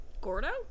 Gordo